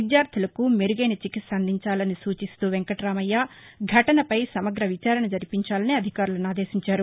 విద్యార్ధులకు మెరుగైన చికిత్స అందించాలని సూచిస్తూ వెంకటరామయ్య ఘటనపై సమగ్ర విచారణ జరిపించాలని అధికారులను ఆదేశించారు